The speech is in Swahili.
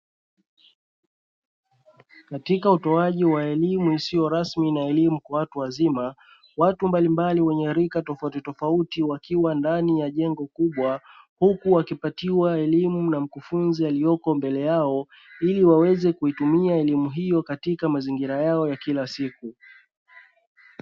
Katika utoaji wa elimu isiyo rasmi na elimu kwa watu wazima, watu mbalimbali wenye rika tofautitofauti wakiwa ndani ya jengo kubwa, huku wakipatiwa elimu na mkufunzi aliyepo mbele yao ili waweze kuitumia elimu hiyo katika mazingira yao ya kila siku.